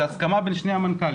זה הסכמה בין שני המנכ"לים.